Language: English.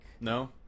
No